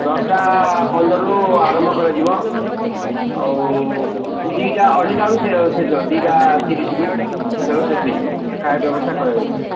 ଦଶଟା ପନ୍ଦରରୁ ଆରମ୍ଭ କରାଯିବ ଆଉ ଦୁଇଟା ଅଢ଼େଇଟା ବେଳକୁ ଶେଷ ଦୁଇଟା ତିରିଶକୁ ଖେଳ ଶେଷ ହୋଇଯିବ ଖାଇବା ପିଇବା ବ୍ୟବସ୍ଥା କରାଯାଇଛି